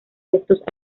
restos